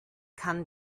kann